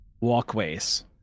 walkways